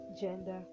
gender